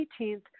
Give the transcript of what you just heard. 18th